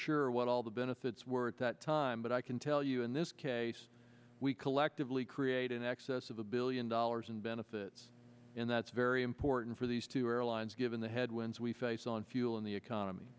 sure what all the benefits were at that time but i can tell you in this case we collectively create in excess of a billion dollars in benefits and that's very important for these two airlines given the headwinds we face on fuel in the economy